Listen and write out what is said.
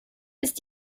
ist